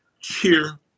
cheer